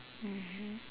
mmhmm